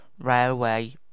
railway